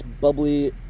bubbly